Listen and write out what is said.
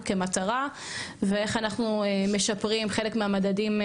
כמטרה ואיך אנחנו משפרים חלק מהמדדים,